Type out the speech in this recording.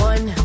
One